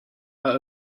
out